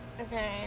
Okay